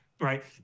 right